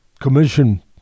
commission